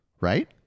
Right